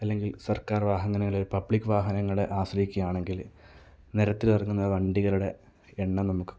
അല്ലെങ്കിൽ സർക്കാർ വാഹനങ്ങള് പബ്ലിക് വാഹനങ്ങളെ ആശ്രയിക്കുകയാണെങ്കില് നിരത്തിലിറങ്ങുന്ന വണ്ടികളുടെ എണ്ണം നമുക്ക്